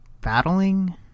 battling